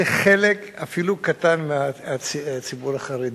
זה חלק אפילו קטן מהציבור החרדי,